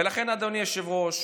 ולכן, אדוני היושב-ראש,